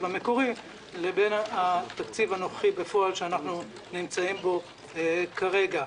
המקורי ובין התקציב הנוכחי בפועל שאנחנו נמצאים בו כרגע.